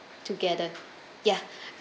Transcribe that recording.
together ya